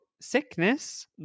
sickness